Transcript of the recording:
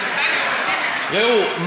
ראו,